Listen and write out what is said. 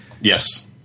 yes